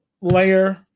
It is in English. layer